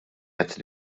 qed